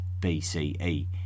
BCE